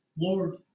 Lord